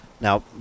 Now